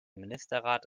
ministerrat